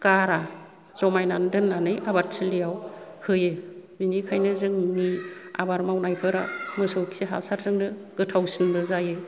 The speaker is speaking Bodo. गारा जमायनानै दोन्नानै आबाद थिलियाव होयो बिनिखायनो जोंनि आबाद मावनायफोराव मोसौ खि हासार जोंनो गोथावसिनबो जायो हासार